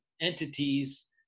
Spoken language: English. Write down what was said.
entities